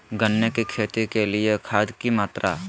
गन्ने की खेती के लिए खाद की मात्रा?